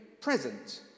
present